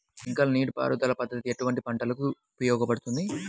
Sprinkler నీటిపారుదల పద్దతి ఎటువంటి పంటలకు ఉపయోగపడును?